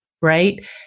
right